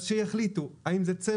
אז שיחליטו האם זה צמח.